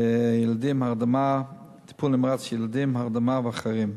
ילדים, הרדמה, טיפול נמרץ ילדים, הרדמה ואחרים.